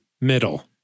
middle